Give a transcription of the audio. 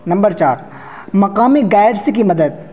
number چار مقامی guides کی مدد